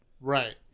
Right